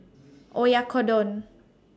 Oyakodon